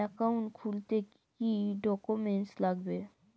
Account খুলতে কি কি ডকুমেন্ট লাগবে?